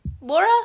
Laura